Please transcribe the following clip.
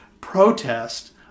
protest